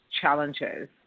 challenges